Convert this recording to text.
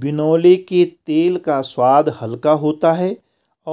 बिनौले के तेल का स्वाद हल्का होता है